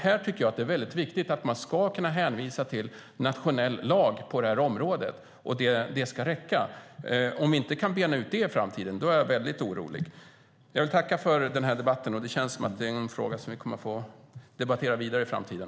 Jag tycker att det är väldigt viktigt att man ska kunna hänvisa till nationell lagstiftning på det här området och att det ska räcka. Om vi inte kan bena ut det i framtiden är jag väldigt orolig. Jag vill tacka för den här debatten. Det känns som att det är en fråga som vi kommer att få debattera vidare i framtiden.